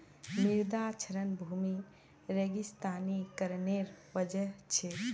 मृदा क्षरण भूमि रेगिस्तानीकरनेर वजह छेक